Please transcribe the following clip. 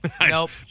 Nope